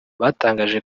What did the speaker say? batangaje